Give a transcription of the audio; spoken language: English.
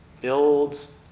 builds